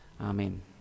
Amen